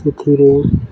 ସେଥିରେ